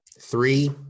three